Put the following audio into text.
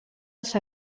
als